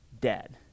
dead